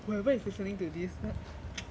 whoever is listening to this